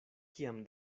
kiam